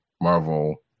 marvel